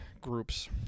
Groups